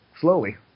slowly